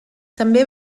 també